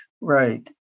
Right